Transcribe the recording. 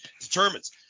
determines